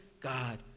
God